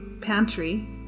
pantry